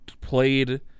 played-